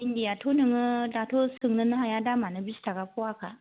भिन्दियाथ' नोङो दाथ' सोंनोनो हाया दामानो बिसथाका फ'वाखा